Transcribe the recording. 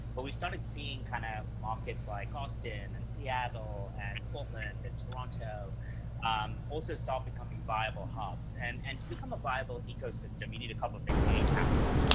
but we've started seeing kind of markets like austin and seattle and portland and toronto also start becoming viable hubs, and and to become a viable ecosystem, you need a couple of things. you need capital,